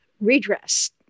redress